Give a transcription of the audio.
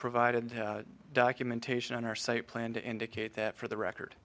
provided documentation on our site plan to indicate that for the record